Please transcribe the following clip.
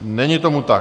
Není tomu tak.